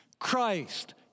Christ